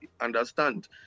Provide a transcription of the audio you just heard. understand